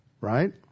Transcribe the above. right